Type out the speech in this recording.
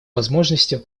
возможностью